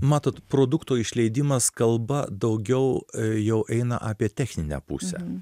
matot produkto išleidimas kalba daugiau jau eina apie techninę pusę